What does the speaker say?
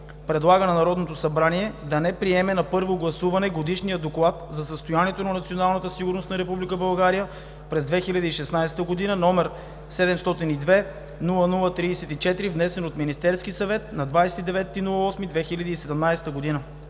Предлага на Народното събрание да не приеме на първо гласуване Годишния доклад за състоянието на националната сигурност на Република България през 2016 г., № 702-00-34, внесен от Министерския съвет на 29 август 2017 г.“